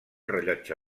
rellotge